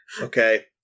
Okay